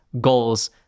goals